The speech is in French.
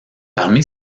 parmi